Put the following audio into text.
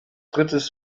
drittes